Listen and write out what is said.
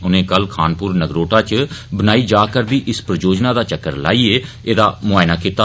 उनें कल खानपुर नगरोटा च बनाई जा'रदी इस परियोजना दा चक्कर लाईयें एह्दा मुआयना कीता